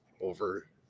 over